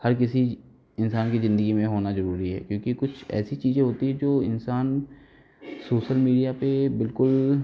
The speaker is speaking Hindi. हर किसी इंसान की जिंदगी में होना जरूरी है क्योंकि कुछ ऐसी चीज़ें होती है जो इंसान सोसल मीडिया पे बिल्कुल